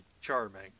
charming